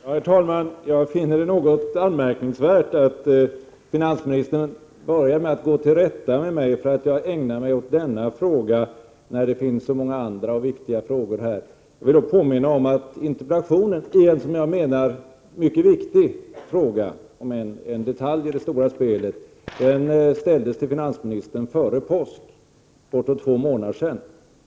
Herr talman! Jag finner det något anmärkningsvärt att finansministern börjar med att tillrättavisa mig för att jag ägnar mig åt denna fråga när det finns så många andra viktiga frågor. Jag vill då påminna om att denna interpellation — i en som jag menar mycket viktig fråga, om än en detalj i det stora spelet — ställdes till finansministern före påsk, dvs. för cirka två månader sedan.